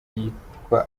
bwitwa